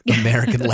American